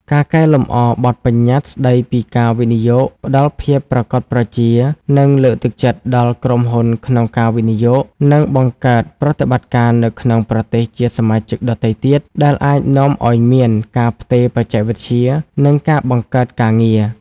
ការកែលម្អបទប្បញ្ញត្តិស្តីពីការវិនិយោគ ផ្តល់ភាពប្រាកដប្រជា និងលើកទឹកចិត្តដល់ក្រុមហ៊ុនក្នុងការវិនិយោគ និងបង្កើតប្រតិបត្តិការនៅក្នុងប្រទេសជាសមាជិកដទៃទៀត ដែលអាចនាំឲ្យមាន ការផ្ទេរបច្ចេកវិទ្យា និងការបង្កើតការងារ។